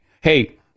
hey